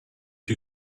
you